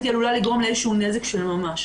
אלא היא עלולה לגרום לנזק של ממש.